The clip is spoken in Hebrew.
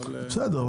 אבל --- בסדר,